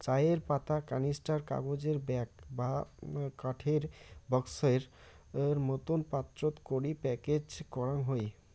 চায়ের পাতা ক্যানিস্টার, কাগজের ব্যাগ বা কাঠের বাক্সোর মতন পাত্রত করি প্যাকেজ করাং হই